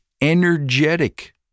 energetic